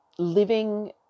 living